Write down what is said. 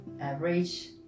average